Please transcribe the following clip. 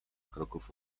kroków